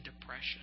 depression